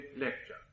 lecture